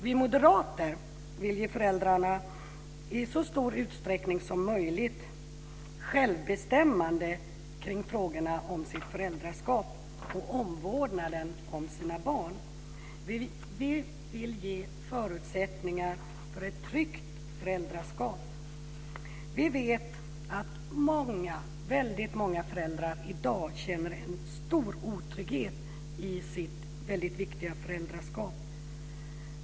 Vi moderater vill i så stor utsträckning som möjligt ge föräldrarna självbestämmande kring frågorna om deras föräldraskap och omvårdnaden om deras barn. Vi vill ge förutsättningar för ett tryggt föräldraskap. Vi vet att väldigt många föräldrar i dag känner en stor otrygghet i sitt väldigt viktiga föräldraskap.